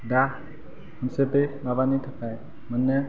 दा मोनसे बै माबानि थाखाय मोननो